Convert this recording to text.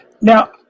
Now